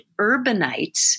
urbanites